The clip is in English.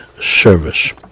service